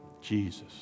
Jesus